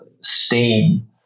steam